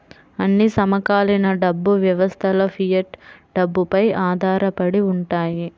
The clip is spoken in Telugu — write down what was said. అన్ని సమకాలీన డబ్బు వ్యవస్థలుఫియట్ డబ్బుపై ఆధారపడి ఉంటాయి